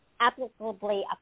applicably